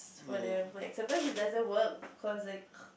for them like sometimes it doesn't work cause like